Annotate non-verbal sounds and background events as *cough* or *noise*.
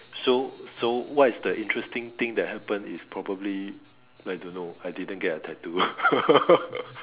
so so what is the interesting thing that happen is probably I don't know I didn't get a tattoo *laughs*